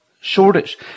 shortage